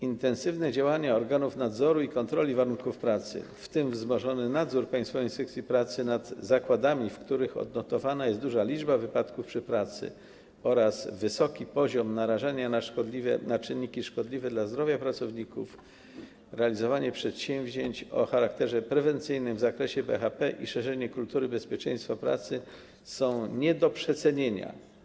Intensywne działania organów nadzoru i kontroli warunków pracy, w tym wzmożony nadzór Państwowej Inspekcji Pracy nad zakładami, w których odnotowana jest duża liczba wypadków przy pracy oraz wysoki poziom narażania na czynniki szkodliwe dla zdrowia pracowników, realizowanie przedsięwzięć o charakterze prewencyjnym w zakresie BHP i szerzenie kultury bezpieczeństwa pracy są nie do przecenienia.